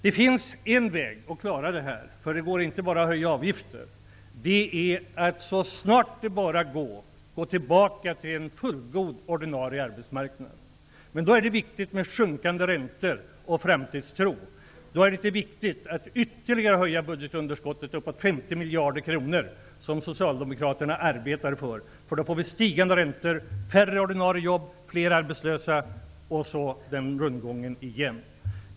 Det finns ett sätt att klara det här -- det går nämligen inte bara att höja avgifter -- och det är att så snart det bara går återvända till en fullgod ordinarie arbetsmarknad. Då är det viktigt med sjunkande räntor och framtidstro. Då kan vi inte ytterligare höja budgetunderskottet uppåt 50 miljarder kronor, som socialdemokraterna arbetar för. På så vis får vi nämligen stigande räntor, färre ordinarie jobb, fler arbetslösa, och så är rundgången tillbaka.